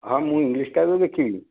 ହଁ ମୁଁ ଇଂଲିଶ୍ଟା ଏବେ ଦେଖିବି